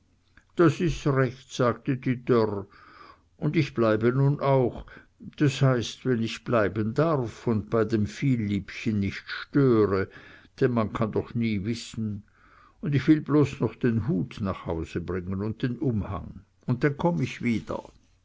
das is recht sagte die dörr und ich bleibe nun auch das heißt wenn ich bleiben darf und bei dem vielliebchen nicht störe denn man kann doch nie wissen und ich will bloß noch den hut nach hause bringen und den umhang und denn komm ich wieder